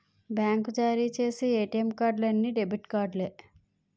బ్యాంకులు జారీ చేసి ఏటీఎం కార్డు అన్ని డెబిట్ కార్డులే